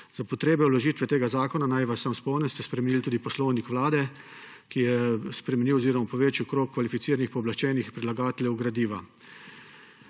Za potrebe vložitve tega zakona – naj vas samo spomnim – ste spremenili tudi Poslovnik Vlade Republike Slovenije, ki je spremenil oziroma povečal krog kvalificiranih pooblaščenih predlagateljev gradiva.